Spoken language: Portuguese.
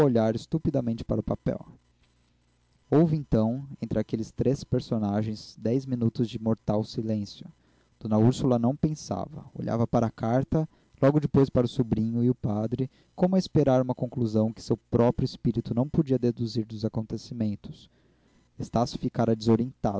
estupidamente para o papel houve então entre aqueles três personagens dez minutos de mortal silêncio d úrsula não pensava olhava para a carta logo depois para o sobrinho e o padre como a esperar uma conclusão que seu próprio espírito não podia deduzir dos acontecimentos estácio ficara desorientado